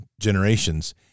generations